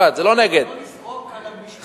לא לזרוק על המשטרה.